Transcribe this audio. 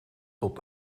tot